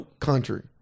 country